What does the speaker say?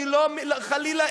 חלילה,